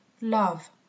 Love